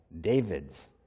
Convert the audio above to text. David's